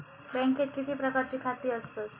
बँकेत किती प्रकारची खाती असतत?